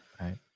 right